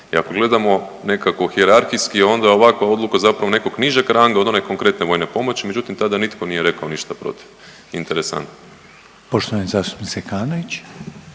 i ako gledamo nekako hijerarhijski onda je ovakva odluka zapravo nekog nižeg ranga od one konkretne vojne pomoći, međutim tada nitko nije rekao ništa protiv, interesantno. **Reiner,